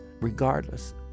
regardless